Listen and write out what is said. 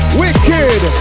wicked